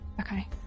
Okay